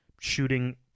shooting